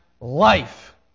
life